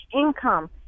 income